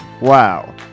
Wow